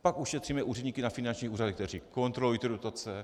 Pak ušetříme úředníky na finančních úřadech, kteří kontrolují ty dotace.